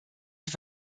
zur